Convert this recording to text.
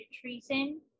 treason